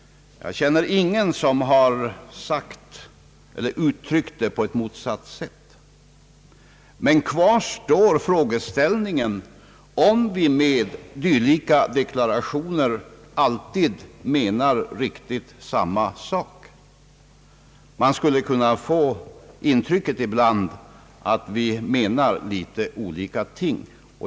Jag känner ingen som har sagt eller uttryckt det på ett motsatt sätt. Men kvar står frågan, om vi med dylika deklarationer alltid menar riktigt samma sak. Man skulle ibland kunna få intrycket att vi menar litet olika ting.